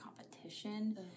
competition